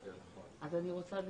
לך,